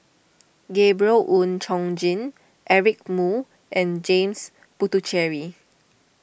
Gabriel Oon Chong Jin Eric Moo and James Puthucheary